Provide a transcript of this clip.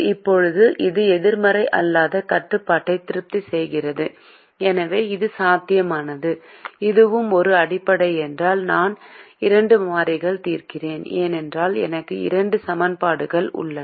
இப்போது இது எதிர்மறை அல்லாத கட்டுப்பாட்டை திருப்தி செய்கிறது எனவே இது சாத்தியமானது இதுவும் ஒரு அடிப்படை ஏனென்றால் நான் இரண்டு மாறிகள் தீர்க்கிறேன் ஏனென்றால் எனக்கு இரண்டு சமன்பாடுகள் உள்ளன